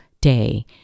day